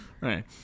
right